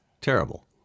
Terrible